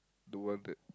the one that